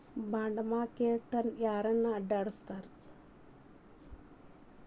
Bond market ನ ಯಾರ್ನಡ್ಸ್ತಾರ?